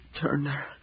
Turner